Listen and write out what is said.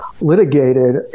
litigated